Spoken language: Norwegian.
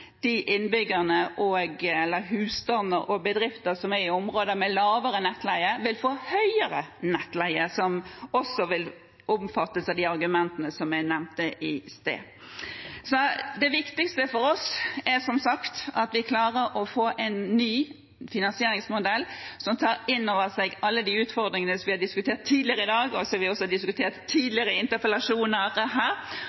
og bedrifter i områder med lavere nettleie vil få høyere nettleie og omfattes av de argumentene jeg nevnte i sted. Det viktigste for oss er som sagt at vi klarer å få en ny finansieringsmodell som tar inn over seg alle de utfordringene vi har diskutert tidligere i dag, og som vi også har diskutert tidligere i interpellasjoner her. Vi ser også